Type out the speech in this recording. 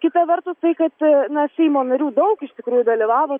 kita vertus tai kad na seimo narių daug iš tikrųjų dalyvavo